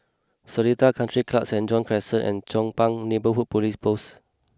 Seletar Country Club Saint John's Crescent and Chong Pang Neighbourhood Police Post